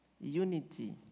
unity